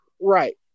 Right